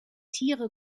tiere